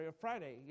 Friday